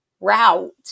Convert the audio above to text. route